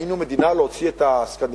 היינו מדינה, להוציא את הסקנדינביות,